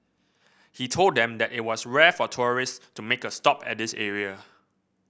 he told them that it was rare for tourists to make a stop at this area